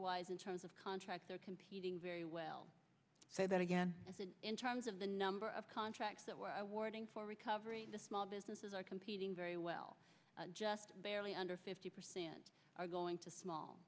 wise in terms of contracts are competing very well say that again in terms of the number of contracts that were awarded for recovery the small businesses are competing very well just barely under fifty percent are going to small